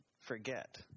forget